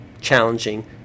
challenging